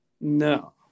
No